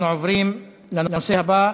אנחנו עוברים לנושא הבא: